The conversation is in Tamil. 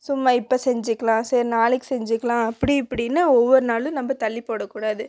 சும்மா இப்போ செஞ்சுக்கலாம் சரி நாளைக்கு செஞ்சுக்கலாம் அப்படி இப்படின்னு ஒவ்வொரு நாளும் நம்ம தள்ளி போடக்கூடாது